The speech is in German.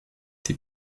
die